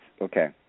okay